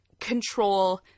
control